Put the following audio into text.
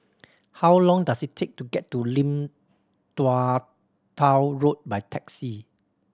how long does it take to get to Lim Tua Tow Road by taxi